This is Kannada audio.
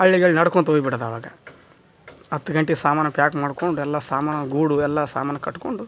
ಹಳ್ಳಿಗಳ್ ನಡ್ಕೊಂತೋಗ್ಬಿಡೋದು ಆವಾಗ ಹತ್ತು ಗಂಟೆಗೆ ಸಾಮಾನು ಪ್ಯಾಕ್ ಮಾಡ್ಕೊಂಡು ಎಲ್ಲಾ ಸಾಮಾನು ಗೂಡು ಎಲ್ಲಾ ಸಾಮಾನು ಕಟ್ಕೊಂಡು